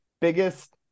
biggest